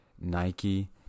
Nike